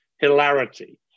hilarity